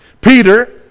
Peter